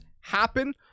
happen